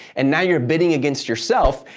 and now, you're bidding against yourself,